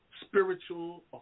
spiritual